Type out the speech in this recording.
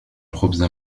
الخبز